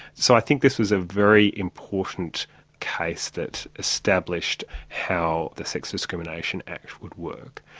so i think this was a very important case that established how the sex discrimination act would work.